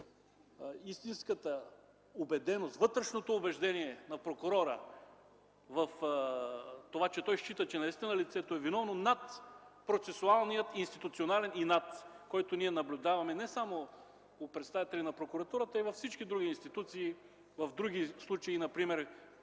истинската убеденост, вътрешното убеждение на прокурора, че той счита, че наистина лицето е виновно, над процесуалния и институционален инат, който наблюдаваме не само у представители на прокуратурата, а и във всички други институции в други случаи – например